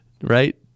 right